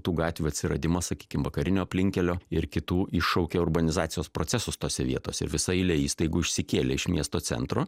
tų gatvių atsiradimas sakykim vakarinio aplinkkelio ir kitų iššaukė urbanizacijos procesus tose vietose visa eilė įstaigų išsikėlė iš miesto centro